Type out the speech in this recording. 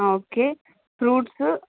okay fruits